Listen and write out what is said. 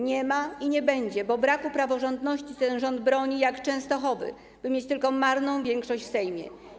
Nie ma i nie będzie, bo braku praworządności ten rząd broni jak Częstochowy, by mieć tylko marną większość w Sejmie.